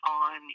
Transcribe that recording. on